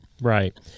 right